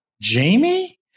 Jamie